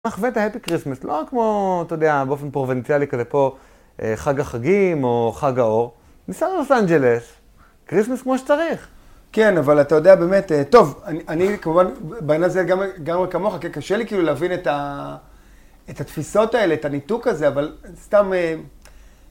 נחווה את ההפי קריסמס, לא כמו, אתה יודע, באופן פרובנציאלי כאילו פה חג החגים או חג האור, ניסע ללוס אנג'לס, קריסמס כמו שצריך. כן, אבל אתה יודע באמת, טוב, אני כמובן בעיניי זה לגמריי כמוך, קשה לי, כאילו להבין את התפיסות האלה, את הניתוק הזה, אבל סתם...